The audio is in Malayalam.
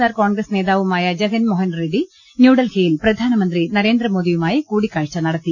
ആർ കോൺഗ്രസ് നേതാവുമായ ജഗൻ മോഹൻ റെഡ്സി ന്യൂഡൽഹിയിൽ പ്രധാനമന്ത്രി നരേന്ദ്രമോദിയുമായി കൂടി ക്കാഴ്ച നടത്തി